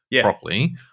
properly